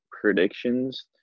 predictions